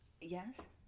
Yes